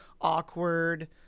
awkward